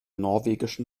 norwegischen